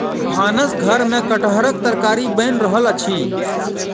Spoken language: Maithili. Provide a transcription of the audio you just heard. भानस घर में कटहरक तरकारी बैन रहल अछि